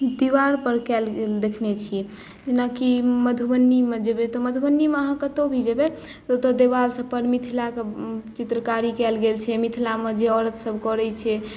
दिवार पर देखने छी जेनाकि मधुबनीमे जेबै तऽ मधुबनीमे अहाँ कतहु भी जेबै तऽ ओतय दिवाल सभ पर चित्रकारी कयल गेल छै मिथिलामे आओर तऽ सभ करै छै